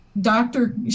doctor